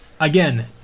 Again